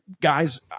Guys